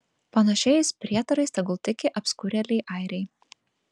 panašiais prietarais tegul tiki apskurėliai airiai